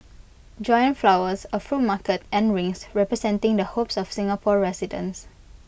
giant flowers A fruit market and rings representing the hopes of Singapore residents